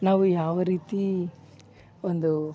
ನಾವು ಯಾವ ರೀತಿ ಒಂದು